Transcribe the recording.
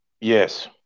Yes